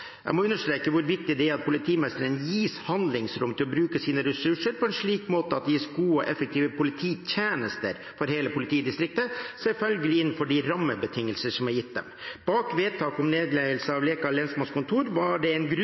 Jeg må understreke hvor viktig det er at politimesteren gis handlingsrom til å bruke sine ressurser på en slik måte at det gis gode og effektive polititjenester for hele politidistriktet, selvfølgelig innenfor de rammebetingelser som er gitt dem. Bak vedtaket om nedleggelse av Leka lensmannskontor var det en